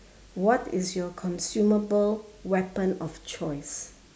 what is your consumable weapon of choice